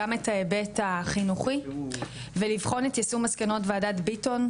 גם את ההיבט החינוכי ולבחון את יישום מסקנות וועדת ביטון,